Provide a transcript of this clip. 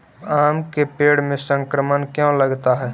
आम के पेड़ में संक्रमण क्यों लगता है?